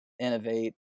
innovate